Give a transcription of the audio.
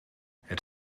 het